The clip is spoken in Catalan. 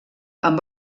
amb